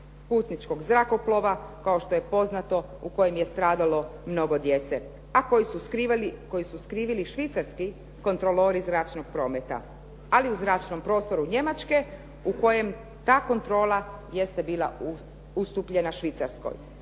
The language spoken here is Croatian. putničkog zrakoplova kao što je poznato u kojem je stradalo mnogo djece a koji su skrivili švicarski kontrolori zračnog prometa ali u zračnom prostoru Njemačke u kojem ta kontrola jeste bila ustupljena Švicarskoj.